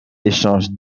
échange